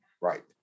Right